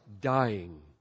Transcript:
dying